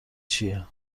چیه